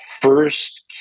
first